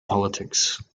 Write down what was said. politics